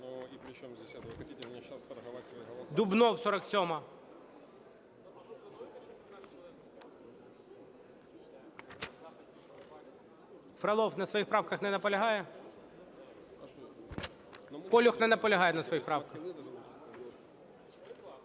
Дубнов, 47-а. Фролов на своїх праках не наполягає. Колюх не наполягає на своїх правках.